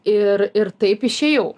ir ir taip išėjau